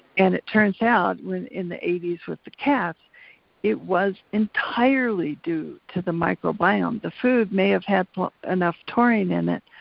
and it turns out in the eighty s with the cats it was entirely due to the microbiome. the food may have had enough taurine in it,